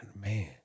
man